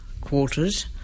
quarters